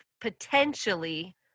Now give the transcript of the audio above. potentially